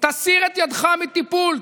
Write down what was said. תסיר את ידיך מטיפול.